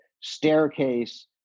staircase